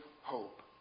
hope